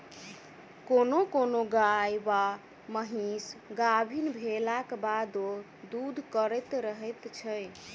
कोनो कोनो गाय वा महीस गाभीन भेलाक बादो दूध करैत रहैत छै